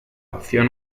opción